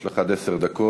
יש לך עד עשר דקות,